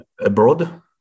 abroad